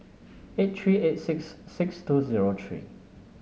eight three eight six six two zero three